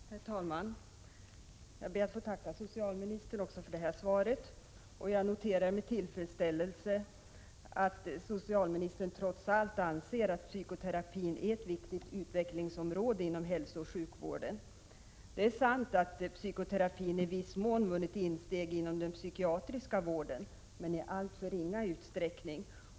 Herr talman! Jag ber att få tacka socialministern också för detta svar. Jag noterar med tillfredsställelse att socialministern trots allt anser att psykoterapin är ett viktigt utvecklingsområde inom hälsooch sjukvården. Det är sant att psykoterapin i viss mån har vunnit insteg inom den psykiatriska vården, men i alltför ringa utsträckning.